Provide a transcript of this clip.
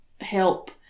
help